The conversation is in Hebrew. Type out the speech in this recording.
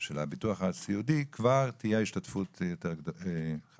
של הביטוח הסיעודי כבר תהיה 50% השתתפות, בסדר?